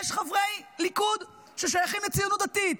יש חברי ליכוד ששייכים לציונות הדתית,